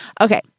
Okay